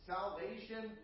Salvation